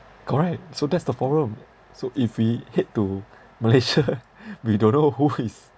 correct so that's the problem so if we head to malaysia we don't know who is